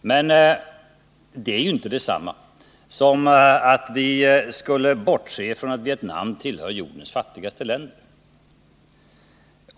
Men detta är inte detsamma som att vi skulle bortse från att Vietnam hör till jordens fattigaste länder.